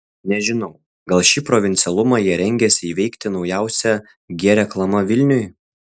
nežinau gal šį provincialumą jie rengiasi įveikti naujausia g reklama vilniui